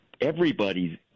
everybody's